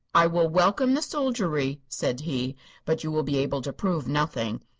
i will welcome the soldiery, said he but you will be able to prove nothing.